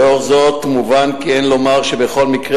לאור זאת מובן כי אין לומר שבכל מקרה